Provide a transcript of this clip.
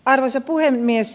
arvoisa puhemies